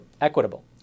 equitable